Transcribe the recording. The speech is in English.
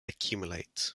accumulate